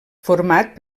format